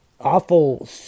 awful